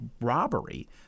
robbery